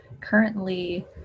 currently